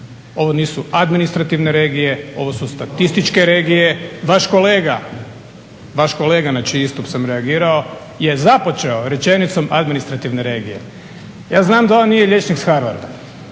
ovo nisu administrativne regije, ovo su statističke regije. Vaš kolega na čiji istup sam reagirao je započeo rečenicom administrativne regije. Ja znam da on nije liječnik s Harvarda,